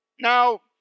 Now